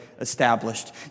established